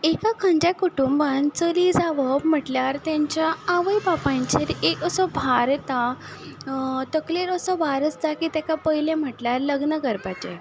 एका खंयच्याय कुटुंबान चली जावप म्हणल्यार तेंच्या आवय बापायचेर एक असो भार येता तकलेर असो भार आसता की ताका पयले म्हणल्यार लग्न करपाचें